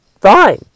fine